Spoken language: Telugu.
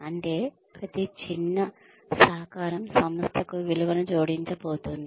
అంటే ప్రతి చిన్న ప్రతి చిన్న సహకారం సంస్థకు విలువను జోడించబోతోంది